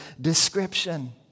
description